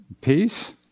Peace